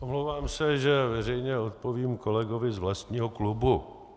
Omlouvám se, že veřejně odpovím kolegovi z vlastního klubu.